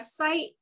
website